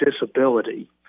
disability